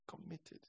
committed